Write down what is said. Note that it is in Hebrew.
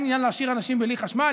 אין עניין להשאיר אנשים בלי חשמל.